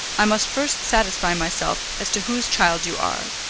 i must first satisfy myself as to whose child you are,